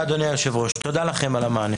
(הישיבה נפסקה בשעה 10:07